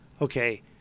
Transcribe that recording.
Okay